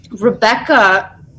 Rebecca